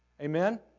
Amen